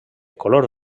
color